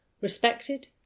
respected